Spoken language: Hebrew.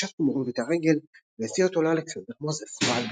פשט קומרוב את הרגל והציע אותו לאלכסנדר מוזס - בעל